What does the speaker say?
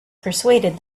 persuaded